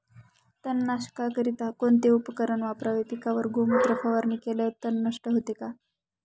तणनाशकाकरिता कोणते उपकरण वापरावे? पिकावर गोमूत्र फवारणी केल्यावर तण नष्ट होते का?